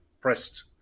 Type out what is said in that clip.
pressed